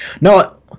no